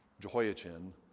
Jehoiachin